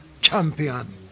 Champion